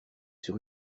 sur